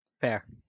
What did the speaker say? Fair